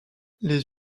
les